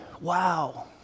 wow